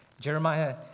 Jeremiah